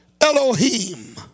Elohim